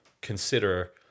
consider